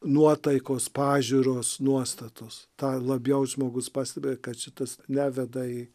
nuotaikos pažiūros nuostatos tą labiau žmogus pastebi kad šitas neveda į